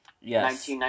Yes